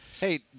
Hey